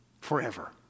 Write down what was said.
forever